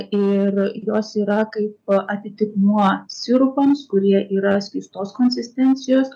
ir jos yra kaip atitikmuo sirupams kurie yra skystos konsistencijos